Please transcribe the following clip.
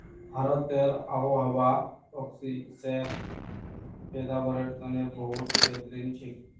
भारतेर आबोहवा स्क्वैशेर पैदावारेर तने बहुत बेहतरीन छेक